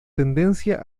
tendencia